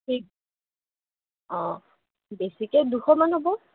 অঁ বেছিকৈ দুশমান হ'ব